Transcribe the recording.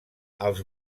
els